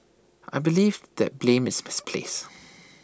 I believe that blame is misplaced